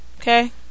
Okay